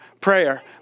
prayer